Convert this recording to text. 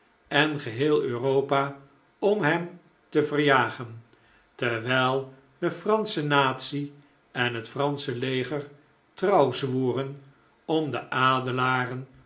en geheel europa om hem te verjagen terwijl de fransche natie en het fransche leger trouw zwoeren om de